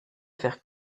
faire